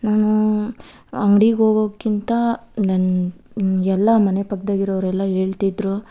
ನಾವು ಅಂಗ್ಡಿಗೆ ಹೋಗೋಕ್ಕಿಂತ ನನ್ನ ಎಲ್ಲ ಮನೆ ಪಕ್ದಾಗೆ ಇರೋರು ಎಲ್ಲ ಹೇಳ್ತಿದ್ರು